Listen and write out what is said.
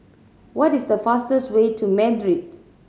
what is the fastest way to Madrid